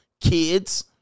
kids